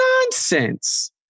nonsense